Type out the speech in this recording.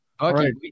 Okay